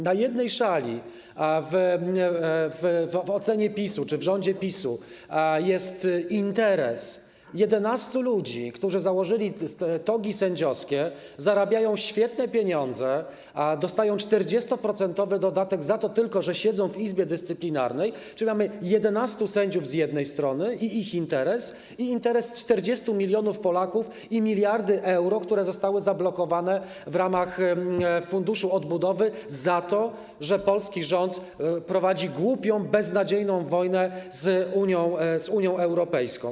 Na jednej szali w ocenie PiS-u czy rządu PiS-u jest interes 11 ludzi, którzy założyli togi sędziowskie, zarabiają świetne pieniądze, dostają 40-procentowy dodatek za to tylko, że siedzą w Izbie Dyscyplinarnej - czyli mamy 11 sędziów z jednej strony i ich interes - a na drugiej jest interes 40 mln Polaków i miliardy euro, które zostały zablokowane w ramach Funduszu Odbudowy za to, że polski rząd prowadzi głupią, beznadziejną wojnę z Unią Europejską.